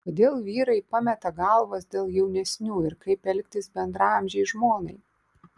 kodėl vyrai pameta galvas dėl jaunesnių ir kaip elgtis bendraamžei žmonai